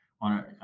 on